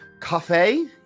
cafe